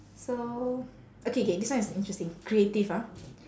so okay K this one is interesting creative ah